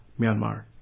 Myanmar